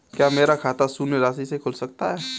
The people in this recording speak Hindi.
क्या मेरा खाता शून्य राशि से खुल सकता है?